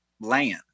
land